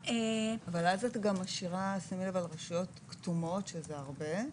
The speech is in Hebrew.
אבל אז את גם משאירה ברשויות כתומות שזה הרבה,